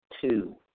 two